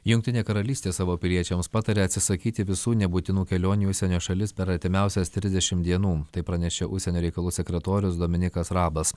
jungtinė karalystė savo piliečiams patarė atsisakyti visų nebūtinų kelionių į užsienio šalis per artimiausias trisdešimt dienų tai pranešė užsienio reikalų sekretorius dominikas rabas